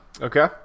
okay